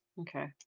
Okay